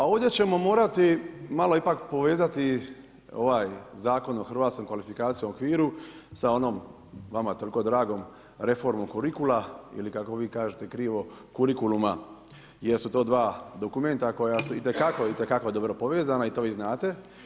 A ovdje ćemo morati malo ipak povezati ovaj Zakon o hrvatskom kvalifikacijskom okviru sa onom, vama toliko dragom reformom kurikula ili kako vi kažete kurikuluma jer su to dva dokumenta koja su itekako dobro povezana i to vi znate.